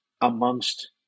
amongst